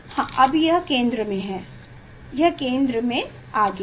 हाँ अब यह केंद्र में है यह केंद्र में है